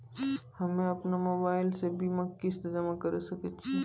हम्मे अपन मोबाइल से बीमा किस्त जमा करें सकय छियै?